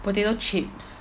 potato chips